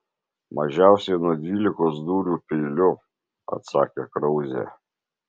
mažiausiai nuo dvylikos dūrių peiliu atsakė krauzė